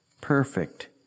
perfect